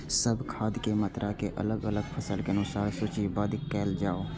सब खाद के मात्रा के अलग अलग फसल के अनुसार सूचीबद्ध कायल जाओ?